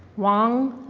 wang.